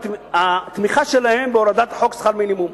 התמיכה שלהם בהורדת חוק שכר מינימום?